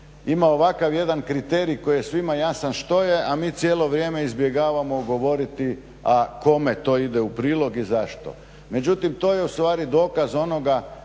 ima ovakav jedan kriterij koji je svima jasan što je a mi cijelo vrijeme izbjegavamo govoriti a kome to ide u prilog i zašto. Međutim to je u stvari dokaz onoga